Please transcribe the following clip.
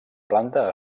planta